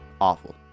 awful